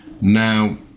Now